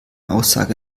aussage